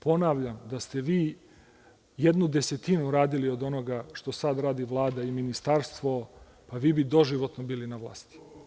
Ponavljam, da ste vi jednu desetinu uradili od onoga što sada radi Vlada i Ministarstvo, vi bi doživotno bili na vlasti.